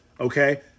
okay